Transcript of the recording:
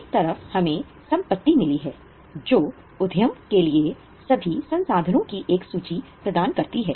एक तरफ हमें संपत्ति मिली है जो उद्यम के साथ सभी संसाधनों की एक सूची प्रदान करती है